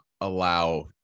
allow